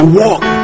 walk